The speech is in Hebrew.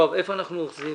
איפה אנחנו נמצאים?